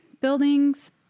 buildings